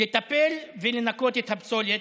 לטפל ולנקות את הפסולת,